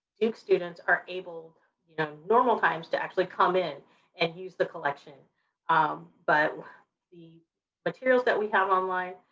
duke students are able, you know, in normal times to actually come in and use the collection um but the materials that we have online